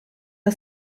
are